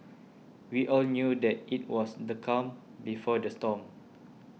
we all knew that it was the calm before the storm